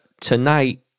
tonight